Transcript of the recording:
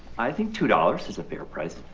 i think two dollars is a fair price,